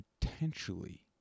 potentially